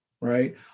right